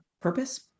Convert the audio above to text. purpose